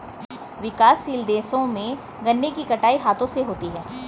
विकासशील देशों में गन्ने की कटाई हाथों से होती है